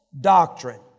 doctrine